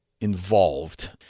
involved